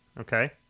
okay